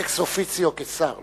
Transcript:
אקס-אופיציו, כשר.